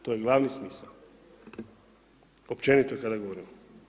To je glavni smisao, općenito kada govorimo.